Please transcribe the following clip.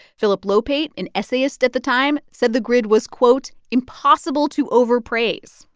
phillip lopate, an essayist at the time, said the grid was, quote, impossible to overpraise.